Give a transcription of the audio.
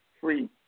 free